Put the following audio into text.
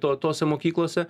to tose mokyklose